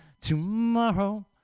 tomorrow